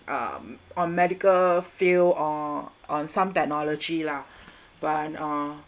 um on medical field or on some technology lah but uh